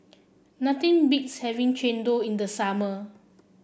nothing beats having Chendol in the summer